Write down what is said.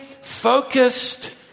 focused